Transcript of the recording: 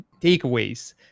takeaways